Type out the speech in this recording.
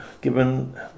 Given